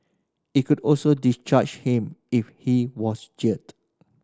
it could also discharge him if he was jailed